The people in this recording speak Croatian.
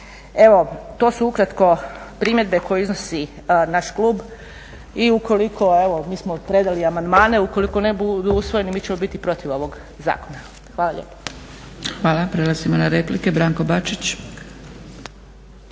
Evo, to su ukratko primjedbe koje iznosi naš klub i ukoliko, evo mi smo predali amandmane, ukoliko ne budu usvojeni mi ćemo biti protiv ovog zakona. Hvala lijepa. **Zgrebec, Dragica (SDP)** Hvala. Prelazimo na replike. Branko Bačić.